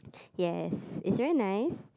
yes it's very nice